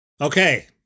Okay